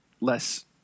less